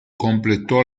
completò